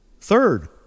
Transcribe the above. Third